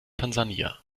tansania